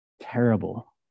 terrible